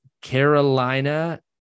Carolina